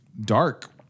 dark